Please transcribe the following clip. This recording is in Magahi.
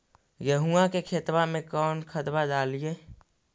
गेहुआ के खेतवा में कौन खदबा डालिए?